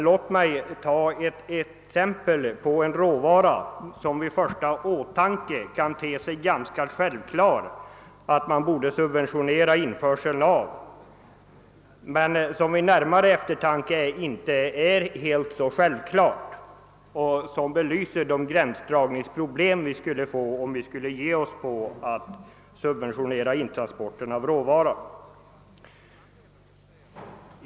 Låt mig anföra ett exempel på en råvara som man vid en första tanke kunde tycka att det vore självklart att den transportsubventionerades men som man vid närmare eftertanke finner att detta kanske inte är så säkert. Den belyser de gränsdragningsproblem som vi skulle få om vi subventionerade intransport av råvara.